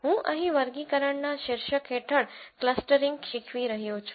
હું અહીં વર્ગીકરણના શીર્ષક હેઠળ ક્લસ્ટરિંગ શીખવી રહ્યો છું